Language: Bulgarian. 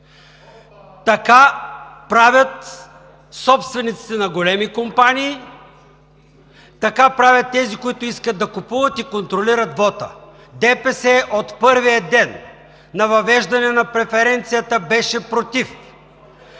Така правят собствениците на големи компании, така правят тези, които искат да купуват и контролират вота. ДПС от първия ден на въвеждане на преференцията беше против.